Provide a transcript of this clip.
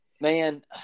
man